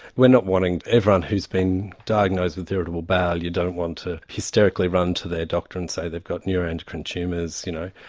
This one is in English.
we are not wanting everyone who's been diagnosed with irritable bowel, you don't want to hysterically run to their doctor and say they've got neuroendocrine tumours you know,